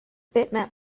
bitmap